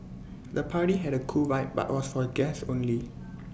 the party had A cool vibe but for guests only